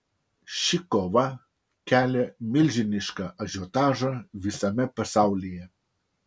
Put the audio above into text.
ši kova kelia milžinišką ažiotažą visame pasaulyje